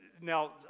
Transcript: Now